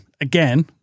again